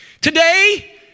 Today